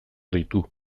ditu